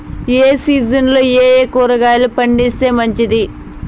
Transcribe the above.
ఏ సీజన్లలో ఏయే కూరగాయలు పండిస్తే మంచిది